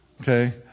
Okay